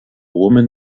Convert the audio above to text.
woman